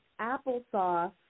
applesauce